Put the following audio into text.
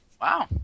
Wow